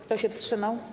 Kto się wstrzymał?